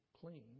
clean